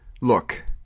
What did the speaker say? Look